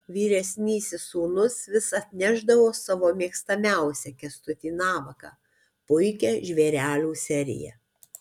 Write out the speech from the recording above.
vyresnysis sūnus vis atnešdavo savo mėgstamiausią kęstutį navaką puikią žvėrelių seriją